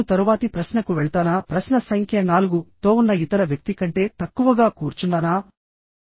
నేను తరువాతి ప్రశ్నకు వెళ్తానాప్రశ్న సంఖ్య 4తో ఉన్న ఇతర వ్యక్తి కంటే తక్కువగా కూర్చున్నానా